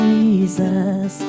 Jesus